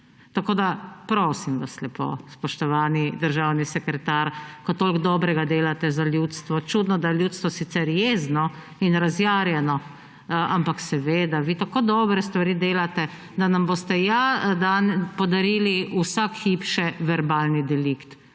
Tako prosim vas lepo, spoštovani državni sekretar, ko toliko dobrega delate za ljudstvo, čudno da je ljudstvo sicer jezno in razjarjeno, ampak seveda, vi tako dobre stvari delate, da nam boste ja podarili vsak hip še verbalni delikt.